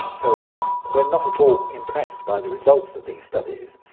so in fact we are not at all impressed by the results of these studies.